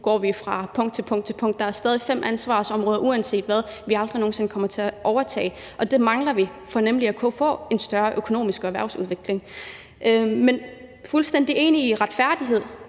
går vi fra punkt til punkt. Der er stadig fem ansvarsområder, som vi uanset hvad aldrig nogen sinde kommer til at overtage, og det mangler vi for netop at kunne få en større økonomisk og erhvervsmæssig udvikling. Men jeg er fuldstændig enig i det med retfærdighed